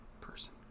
person